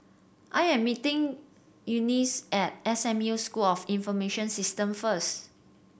I am meeting Eunice at S M U School of Information System first